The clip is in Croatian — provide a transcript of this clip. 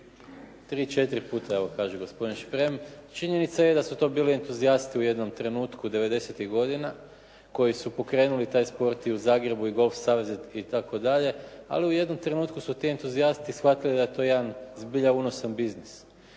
Tri, četiri puta evo kaže gospodin Šprem. Činjenica je da su to bili entuzijasti u jednom trenutku devedesetih godina koji su pokrenuli taj sport i u Zagrebu i golf savezi itd. Ali u jednom trenutku su ti entuzijasti shvatili da je to jedan zbilja unosan biznis